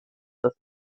das